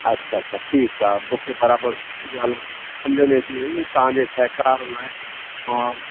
अच्छा अच्छा ठीकु आहे मूंखे बराबरि ॻाल्हि सम्झि में अची वई तव्हांजे सहकार लाइ मां